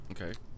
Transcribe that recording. Okay